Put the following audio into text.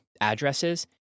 addresses